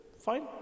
fine